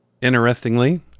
Interestingly